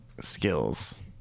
skills